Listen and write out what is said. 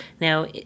Now